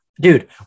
dude